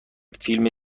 فیلم